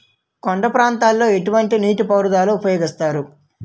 కొండ ప్రాంతాల్లో ఎటువంటి నీటి పారుదల ఉపయోగిస్తారు?